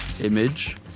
image